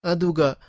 Aduga